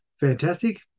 fantastic